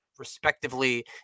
respectively